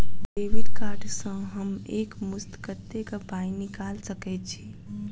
Debit card सँ हम एक मुस्त कत्तेक पाई निकाल सकय छी?